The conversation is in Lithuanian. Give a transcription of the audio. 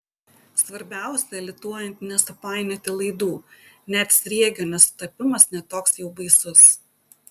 svarbiausia lituojant nesupainioti laidų net sriegio nesutapimas ne toks jau baisus